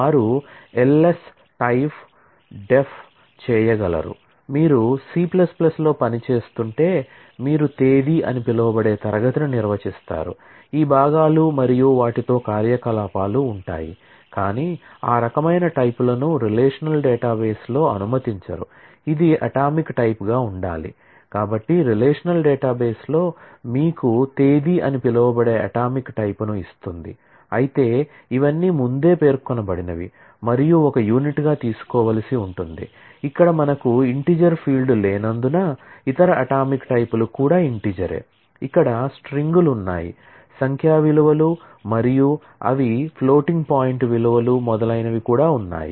వారు ls type విలువలు మొదలైనవి ఉన్నాయి